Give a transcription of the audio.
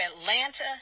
Atlanta